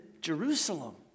Jerusalem